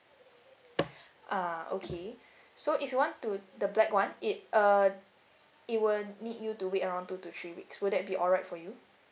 ah okay so if you want to the black one it uh it will need you to wait around two to three weeks would that be alright for you